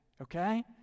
okay